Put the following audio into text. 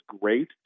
great